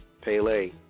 Pele